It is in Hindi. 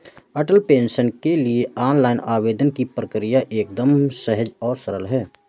अटल पेंशन के लिए ऑनलाइन आवेदन की प्रक्रिया एकदम सहज और सरल है